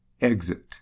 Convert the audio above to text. Exit